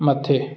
मथे